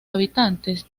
habitantes